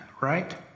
right